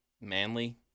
manly